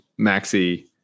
Maxi